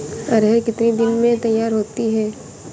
अरहर कितनी दिन में तैयार होती है?